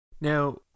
now